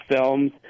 films